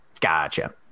Gotcha